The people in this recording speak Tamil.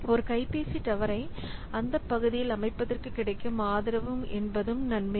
ஒரு கைப்பேசி டவரை அந்த பகுதியில் அமைப்பதற்கு கிடைக்கும் ஆதரவு என்பதும் நன்மையே